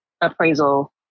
appraisal